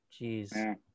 Jeez